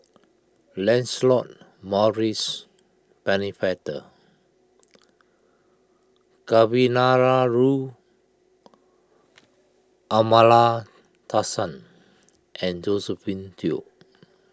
Lancelot Maurice Pennefather Kavignareru Amallathasan and Josephine Teo